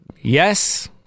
yes